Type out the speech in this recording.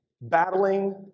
Battling